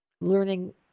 learning